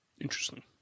Interesting